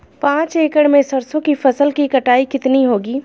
पांच एकड़ में सरसों की फसल की कटाई कितनी होगी?